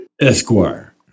Esquire